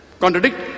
contradict